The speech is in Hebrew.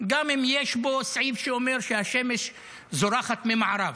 גם אם יש בו סעיף שאומר שהשמש זורחת במערב.